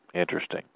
interesting